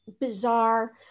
bizarre